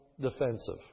defensive